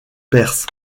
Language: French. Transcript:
perse